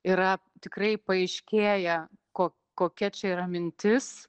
yra tikrai paaiškėja ko kokia čia yra mintis